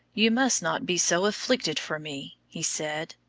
you must not be so afflicted for me, he said.